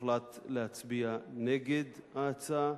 והוחלט להצביע נגד ההצעה